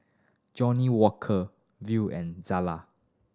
Johnnie Walker Viu and Zala